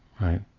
right